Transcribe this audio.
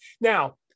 Now